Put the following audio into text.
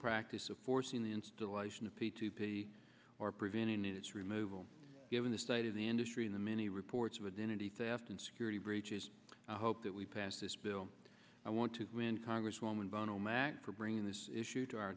practice of forcing the installation of p two p or preventing its removal given the state of the industry in the many reports of identity theft and security breaches i hope that we pass this bill i want to win congresswoman bono mack for bringing this issue to our